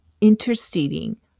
interceding